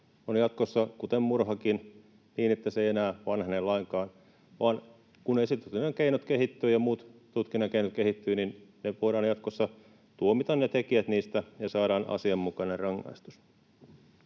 on jatkossa, kuten murhakin, sellainen, että se ei enää vanhene lainkaan, vaan kun esitutkinnan keinot kehittyvät ja muut tutkinnan keinot kehittyvät, niin ne tekijät voidaan jatkossa tuomita niistä ja saadaan asianmukainen rangaistus.